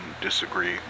disagree